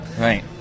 Right